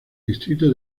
distrito